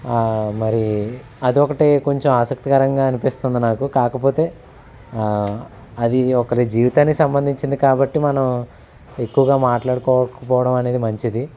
మరీ అది ఒకటి కొంచెం ఆసక్తికరంగా అనిపిస్తుంది నాకు కాకపోతే అది ఒకరి జీవితానికి సంబంధించింది కాబట్టి మనం ఎక్కువగా మాట్లాడుకోకపోవడం అనేది మంచిది